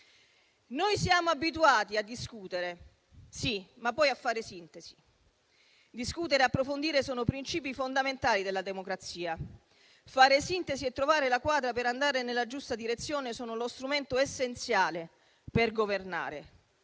Noi siamo abituati a discutere, sì, ma poi a fare sintesi. Discutere e approfondire sono principi fondamentali della democrazia; fare sintesi e trovare la quadra per andare nella giusta direzione sono lo strumento essenziale per governare: